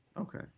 Okay